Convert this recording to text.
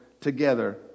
together